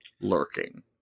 lurking